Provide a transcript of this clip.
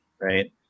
right